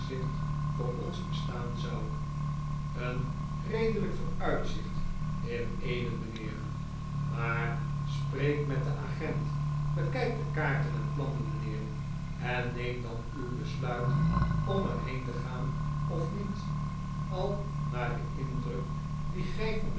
voor ons bestaan zou een redelijk vooruitzicht in eden mijnheer maar spreek met den agent bekijk de kaarten en plannen mijnheer en neem dan uw besluit om er heen te gaan of niet al naar den indruk dien gij van